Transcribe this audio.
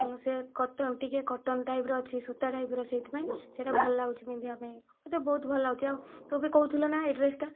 ସେ କଟନ ଟିକିଏ କଟନ ଟାଇପର ଅଛି ସୂତା ଟାଇପର ସେଥିପାଇଁ ସେଇଟା ଭଲ ଲାଗୁଛି ପିନ୍ଧିବା ପାଇଁ ମୋତେ ବହୁତ ଭଲ ଲାଗୁଛି ଆଉ ତୁ ବି କହୁଥିଲୁ ନା ଏହି ଡ୍ରେସଟା